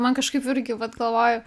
man kažkaip irgi vat galvoju